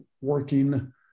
working –